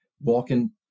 walking